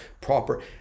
proper